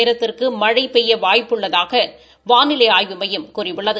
நேரத்திற்கு மழை பெய்ய வாய்ப்பு உள்ளதாக வானிலை அய்வு மையம் கூறியுள்ளது